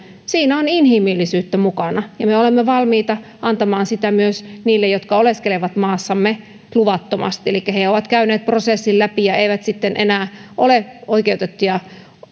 siinä on inhimillisyyttä mukana ja me olemme valmiita antamaan sitä myös niille jotka oleskelevat maassamme luvattomasti eli he ovat käyneet prosessin läpi ja eivät sitten enää ole oikeutettuja